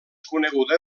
coneguda